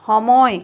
সময়